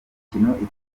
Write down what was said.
iteganyijwe